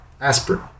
Aspirin